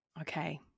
okay